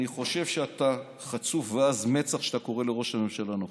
אני חושב שאתה חצוף ועז מצח שאתה קורא לראש הממשלה "נוכל".